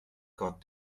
god